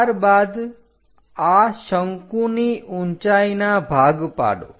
ત્યારબાદ આ શંકુની ઊંચાઈના ભાગ પાડો